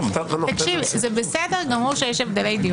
זה בסדר גמור.